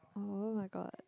oh-my-god